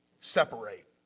separate